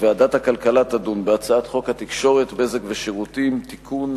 ועדת הכלכלה תדון בהצעת חוק התקשורת (בזק ושידורים) (תיקון,